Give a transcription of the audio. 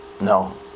No